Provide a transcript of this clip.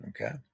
okay